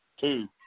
Two